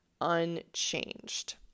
unchanged